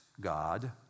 God